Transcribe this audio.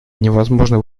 невозможно